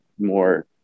more